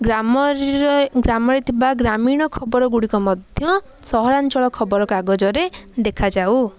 ଗ୍ରାମରେ ଗ୍ରାମରେ ଥିବା ଗ୍ରାମୀଣ ଖବରଗୁଡ଼ିକ ମଧ୍ୟ ସହରାଞ୍ଚଳ ଖବର କାଗଜରେ ଦେଖାଯାଉ